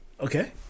Okay